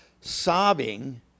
sobbing